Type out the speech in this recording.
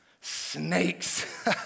Snakes